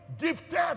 gifted